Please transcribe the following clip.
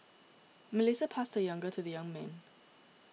Melissa passed her younger to the young man